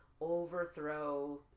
overthrow